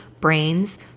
brains